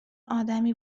آدمی